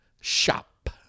shop